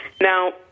Now